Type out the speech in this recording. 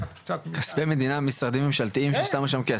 כספי מדינה, משרדים ממשלתיים ששמו שם כסף?